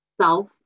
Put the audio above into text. self